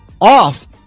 off